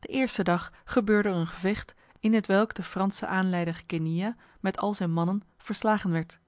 de eerste dag gebeurde er een gevecht in hetwelke de franse aanleider genuilla met al zijn mannen verslagen werd